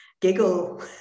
giggle